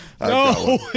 no